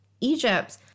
Egypt